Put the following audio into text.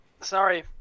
Sorry